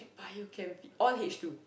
Bio Chem Phy all H two